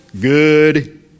good